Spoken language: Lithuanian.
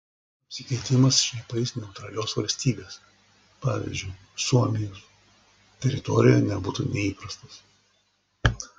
apsikeitimas šnipais neutralios valstybės pavyzdžiui suomijos teritorijoje nebūtų neįprastas